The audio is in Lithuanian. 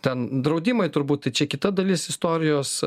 ten draudimai turbūt čia kita dalis istorijos